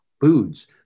foods